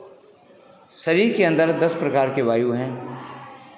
शरीर के अंदर दस प्रकार के वायु हैं